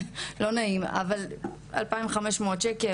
לא נעים, אבל 2,500 ₪?